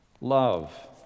Love